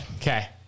Okay